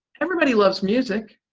everybody loves music.